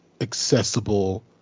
accessible